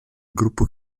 gruppo